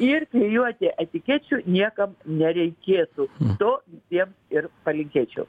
ir klijuoti etikečių niekam nereikėtų to tiem ir palinkėčiau